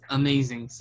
amazing